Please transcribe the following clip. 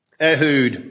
Ehud